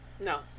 No